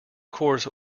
course